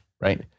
right